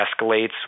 escalates